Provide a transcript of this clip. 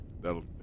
that'll